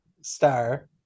star